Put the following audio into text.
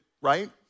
right